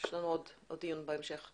יש לנו עוד דיון בהמשך.